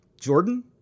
Jordan